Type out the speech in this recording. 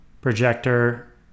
projector